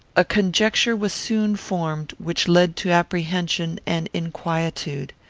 a conjecture was soon formed, which led to apprehension and inquietude.